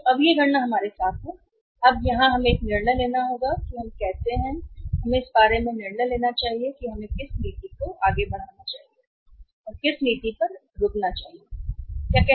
तो अब ये सभी गणना हमारे साथ हैं अब हमें यहां एक निर्णय लेना होगा कि हम कैसे हैं हमें इस बारे में निर्णय लेना चाहिए कि हमें किस नीति को आगे बढ़ाना चाहिए और हमें किस नीति से आगे बढ़ना चाहिए पर रुकना चाहिए